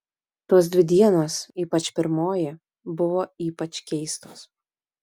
tos dvi dienos ypač pirmoji buvo ypač keistos